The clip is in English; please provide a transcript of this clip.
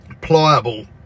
pliable